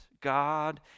God